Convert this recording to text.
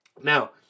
Now